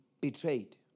betrayed